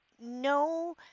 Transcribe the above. no